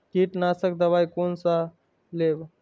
कीट नाशक दवाई कोन सा लेब?